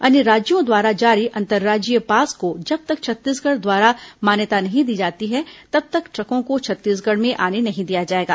अन्य राज्यों द्वारा जारी अंतर्राज्यीय पास को जब तक छत्तीसगढ़ द्वारा मान्यता नहीं दी जाती तब तक ट्रकों को छत्तीसगढ़ में आने नहीं दिया जाएगा